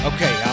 Okay